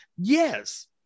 Yes